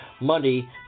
money